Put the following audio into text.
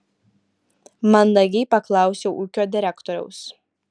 mandagiai paklausiau ūkio direktoriaus